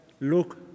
look